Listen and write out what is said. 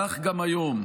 כך גם היום,